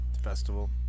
festival